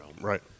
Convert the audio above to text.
Right